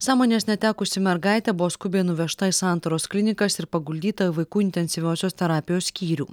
sąmonės netekusi mergaitė buvo skubiai nuvežta į santaros klinikas ir paguldyta į vaikų intensyviosios terapijos skyrių